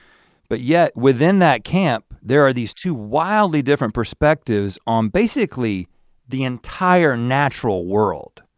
but yet, within that camp, there are these two wildly different perspectives on basically the entire natural world.